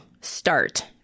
start